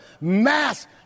mass